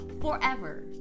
forever